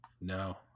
No